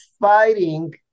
fighting